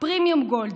פרימיום גולד,